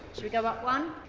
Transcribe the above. we go up one?